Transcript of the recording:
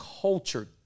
culture